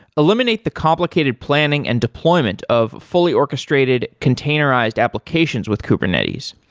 eliminate the complicated planning and deployment of fully orchestrated containerized applications with kubernetes.